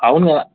అవును కదా